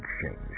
Exchange